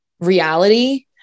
reality